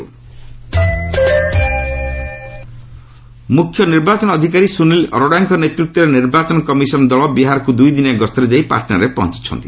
CEC Patna ମୁଖ୍ୟ ନିର୍ବାଚନ ଅଧିକାରୀ ସୁନୀଲ ଅରୋଡାଙ୍କ ନେତୃତ୍ୱରେ ନିର୍ବାଚନ କମିଶନ ଦଳ ବିହାରକୁ ଦୁଇଦିନିଆ ଗସ୍ତରେ ଯାଇ ପାଟନାଠାରେ ପହଞ୍ଚ୍ଚିଛନ୍ତି